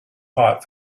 hot